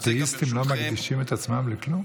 אתאיסטים לא מקדישים את עצמם לכלום?